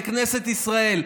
לכנסת ישראל,